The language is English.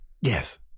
Yes